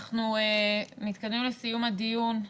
אנחנו מתקדמים לסיום הדיון.